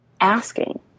asking